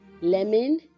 lemon